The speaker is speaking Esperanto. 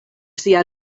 sia